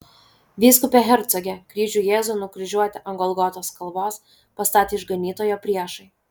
vyskupe hercoge kryžių jėzui nukryžiuoti ant golgotos kalvos pastatė išganytojo priešai